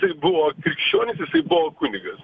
jis buvo krikščionis jisai buvo kunigas